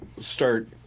start